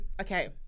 Okay